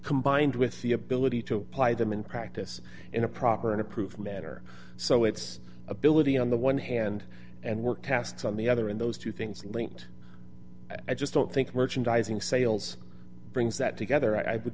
combined with the ability to apply them in practice in a proper and approved matter so it's ability on the one hand and work tasks on the other in those two things linked i just don't think merchandising sales brings that together i would